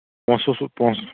پونٛسہٕ سُہ پونسہٕ